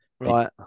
right